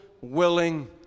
willing